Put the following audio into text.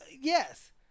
yes